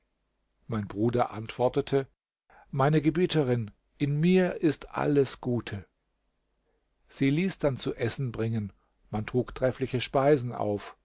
mein bruder antwortete meine gebieterin in mir ist alles gute sie ließ dann zu essen bringen man trug treffliche speisen auf